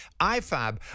IFAB